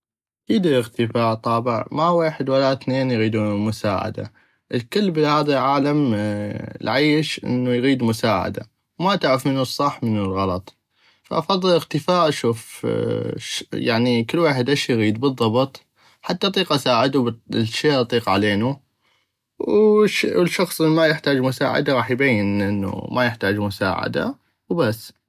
اكيد الاختفاء طابع ما ويحد ولا اثنين يغيدون مساعدة الكل بهذا العالم العيش انو اغيد مساعدة وما تعغف منو الصح ومن الغلط فافضل الاختفاء اشوف يعني كل ويحد اش اغيد بل الضبط حتى اطيق اساعدو بل الشي الي اطيق علينو والشخص الي ما يحتاج مساعدة غاح ابين انو ما يحتاج مساعدة وبي.